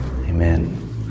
Amen